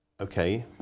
okay